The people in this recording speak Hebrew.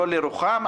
לא לרוחם,